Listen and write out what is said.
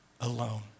alone